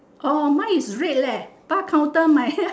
orh mine is red leh dark counter my hair